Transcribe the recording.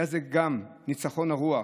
היה זה גם ניצחון הרוח,